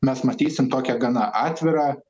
mes matysim tokią gana atvirą